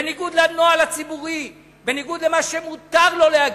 בניגוד לנוהל הציבורי, בניגוד למה שמותר לו להגיד,